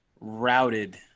routed